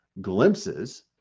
glimpses